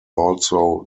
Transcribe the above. also